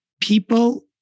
people